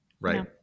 right